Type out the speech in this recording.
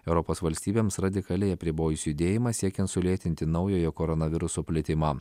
europos valstybėms radikaliai apribojus judėjimą siekiant sulėtinti naujojo koronaviruso plitimą